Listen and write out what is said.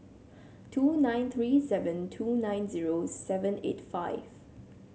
two nine three seven two nine zero seven eight five